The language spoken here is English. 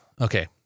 Okay